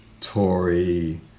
Tory